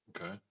Okay